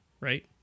right